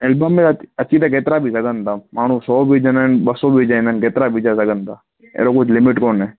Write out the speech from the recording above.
album में अची त केतिरा बि सघनि था माण्हू सौ बि विजंदा आहिनि ॿ सौ बि विजाईंदा आहिनि केतिरा बि विजाए सघनि था अहिड़ो कुझु लिमिट कोन्हे